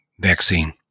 vaccine